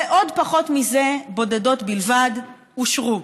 ועוד פחות מזה, בודדות בלבד, אושרו.